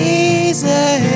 easy